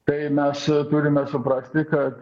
tai mes turime suprasti kad